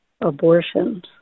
abortions